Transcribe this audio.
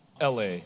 LA